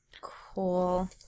Cool